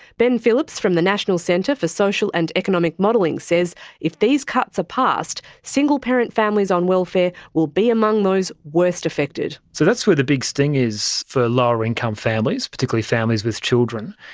ben phillips from the national centre for social and economic modelling says if these cuts are passed, single parent families on welfare will be among those worst affected. so that's where the big sting is for lower income families, particularly families with children.